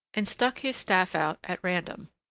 and stuck his staff out at random.